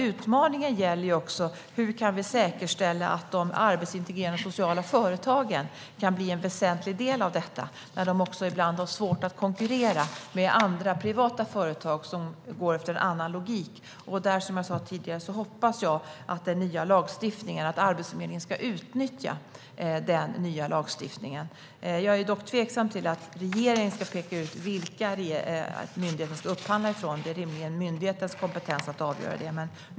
Utmaningen gäller också hur vi kan säkerställa att de arbetsintegrerande sociala företagen kan bli en väsentlig del av detta, när de ibland har svårt att konkurrera med privata företag, som går efter en annan logik. Som jag sa tidigare hoppas jag att Arbetsförmedlingen ska utnyttja den nya lagstiftningen. Jag är dock tveksam till att regeringen ska peka ut vilka myndigheten ska upphandla från - det är rimligen myndighetens kompetens att avgöra detta.